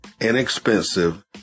inexpensive